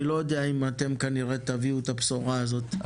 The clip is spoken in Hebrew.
אני לא יודע אם אתם באמת תביאו את הבשורה הזאת,